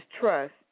trust